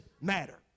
matter